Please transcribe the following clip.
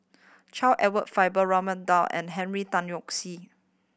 Charles Edward Faber Raman Daud and Henry Tan Yoke See